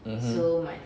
mmhmm